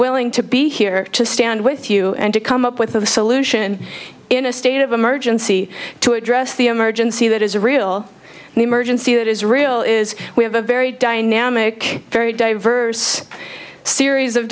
willing to be here to stand with you and to come up with a solution in a state of emergency to address the emergency that is a real emergency that israel is we have a very dynamic very diverse series of